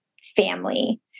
family